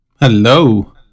Hello